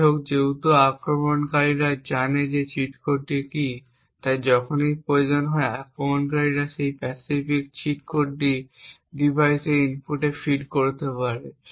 যাইহোক যেহেতু আক্রমণকারী জানে চিট কোডটি কী তাই যখনই প্রয়োজন হয় আক্রমণকারী এই প্যাসিফিক চিট কোডটি ডিভাইসের ইনপুটে ফিড করতে পারে